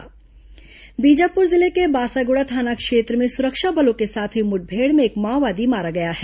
माओवादी मुठभेड् बीजापुर जिले के बासागुड़ा थाना क्षेत्र में सुरक्षा बलों के साथ हुई मुठभेड़ में एक माओवादी मारा गया है